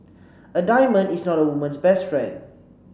a diamond is not a woman's best friend